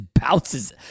bounces